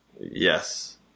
Yes